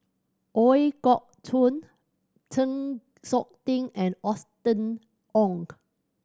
Ooi Kok Chuen Chng Seok Tin and Austen Ong